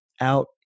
out